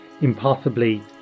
impossibly